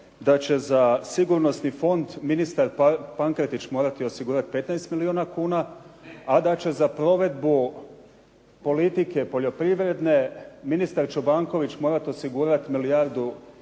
da će za sigurnosni fond ministar Pankretić morati osigurati 15 milijuna kuna, a da će za provedbu politike poljoprivrede ministar Čobanković morati osigurati milijardu i